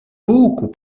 beaucoup